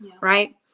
right